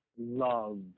love